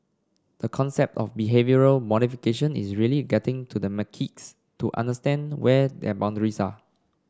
the concept of the behavioural modification is really getting to the macaques to understand where their boundaries are